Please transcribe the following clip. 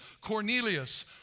Cornelius